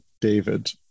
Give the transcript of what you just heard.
david